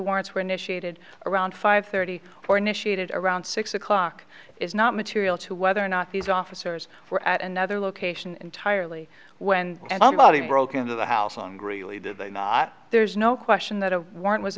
warrants were initiated around five thirty four initiated around six o'clock is not material to whether or not these officers were at another location entirely when and own body broke into the house on greeley did they not there's no question that a warrant was